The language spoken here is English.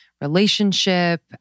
relationship